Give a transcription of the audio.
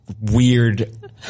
weird